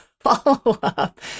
follow-up